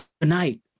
Tonight